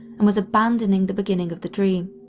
and was abandoning the beginning of the dream.